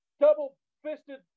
double-fisted